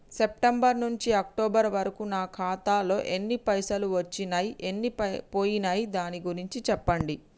September నుంచి October వరకు నా ఖాతాలో ఎన్ని పైసలు వచ్చినయ్ ఎన్ని పోయినయ్ దాని గురించి చెప్పండి?